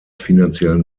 finanziellen